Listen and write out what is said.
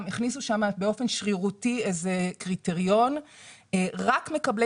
הכניסו שם באופן שרירותי איזה קריטריון שרק מקבלי